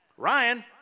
Ryan